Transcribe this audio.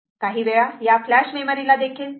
काहीवेळा या flash memory ला देखील 3